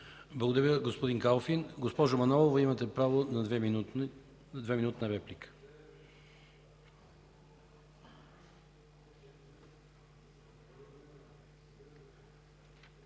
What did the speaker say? Благодаря Ви, господин Калфин. Госпожо Манолова, имате право на двеминутна реплика.